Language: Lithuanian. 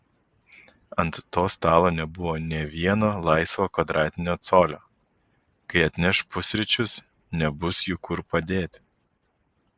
ant to stalo nebuvo nė vieno laisvo kvadratinio colio kai atneš pusryčius nebus jų kur padėti